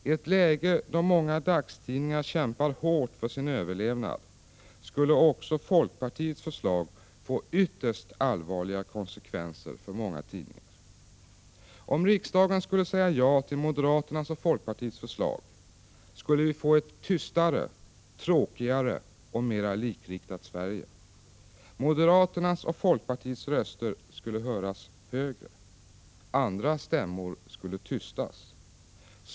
I ett läge då många dagstidningar kämpar hårt för sin överlevnad skulle också folkpartiets förslag få ytterst allvarliga konsekvenser för många tidningar. Om riksdagen skulle säga ja till moderaternas och folkpartiets förslag skulle vi få ett tystare, tråkigare och mera likriktat Sverige. Moderaternas och folkpartiets röster skulle bli högre. Andra stämmor skulle tystas.